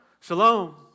Shalom